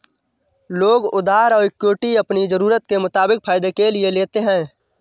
लोग उधार और इक्विटी अपनी ज़रूरत के मुताबिक फायदे के लिए लेते है